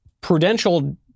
prudential